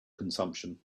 consumption